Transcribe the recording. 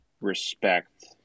respect